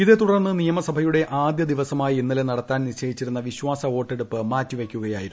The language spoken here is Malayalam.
ഇതേത്തുടർൻ് ക്ടിയ്മസഭയുടെ ആദ്യ ദിവസമായ ഇന്നലെ നടത്താൻ നിശ്ചയിച്ചിരുന്നു് പ്പിശാസവോട്ടെടുപ്പ് മാറ്റിവയ്ക്കുകയായിരുന്നു